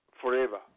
Forever